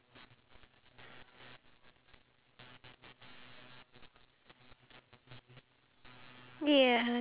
so I want to try and like have this challenge where I'm able to upload day one day two all the way to day six